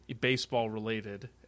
baseball-related